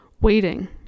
waiting